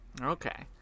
Okay